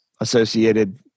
associated